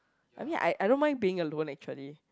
I mean I I don't mind being alone actually